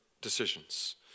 decisions